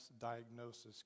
diagnosis